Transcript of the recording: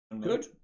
good